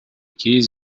keys